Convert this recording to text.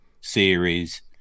series